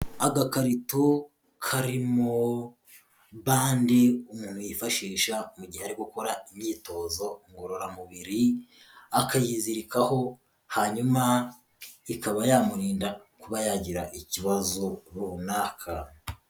Agakarito karimo bande umuntu yifashisha mu gihe ari gukora imyitozo ngororamubiri, akayizirikaho hanyuma ikaba yamurinda kuba yagira ikibazo runaka.